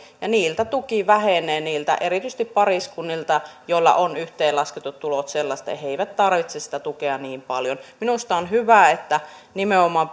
ja niiltä tuki vähenee erityisesti pariskunnilta joilla on yhteenlasketut tulot sellaiset että he eivät tarvitse sitä tukea niin paljon minusta on hyvä että nimenomaan